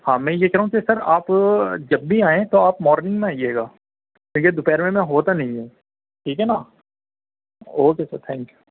ہاں میں یہ کہہ رہا ہوں کہ سر آپ جب بھی آئیں تو آپ مارننگ میں آئیے گا کیونکہ دوپہر میں میں ہوتا نہیں ہوں ٹھیک ہے نا اوکے سر تھینک یو